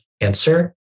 answer